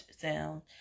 sound